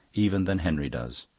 even than henry does.